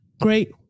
great